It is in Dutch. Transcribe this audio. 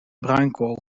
bruinkool